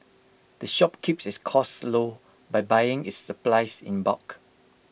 the shop keeps its costs low by buying its supplies in bulk